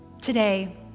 today